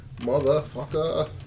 Motherfucker